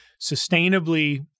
sustainably